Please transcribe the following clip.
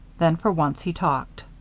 then, for once, he talked.